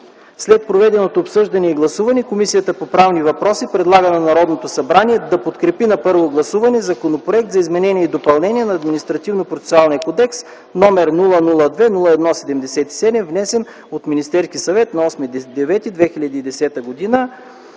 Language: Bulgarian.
След проведеното обсъждане и гласуване Комисията по правни въпроси предлага на Народното събрание да подкрепи на първо гласуване Законопроект за изменение и допълнение на Административнопроцесуалния кодекс, № 002-01-77, внесен от Министерския съвет на 8